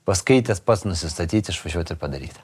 paskaitęs pats nusistatyti išvažiuot ir padaryti